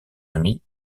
amie